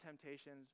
temptations